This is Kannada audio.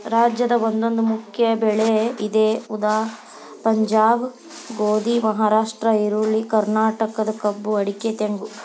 ರಾಜ್ಯದ ಒಂದೊಂದು ಮುಖ್ಯ ಬೆಳೆ ಇದೆ ಉದಾ ಪಂಜಾಬ್ ಗೋಧಿ, ಮಹಾರಾಷ್ಟ್ರ ಈರುಳ್ಳಿ, ಕರ್ನಾಟಕ ಕಬ್ಬು ಅಡಿಕೆ ತೆಂಗು